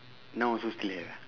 now also still have eh